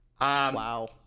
Wow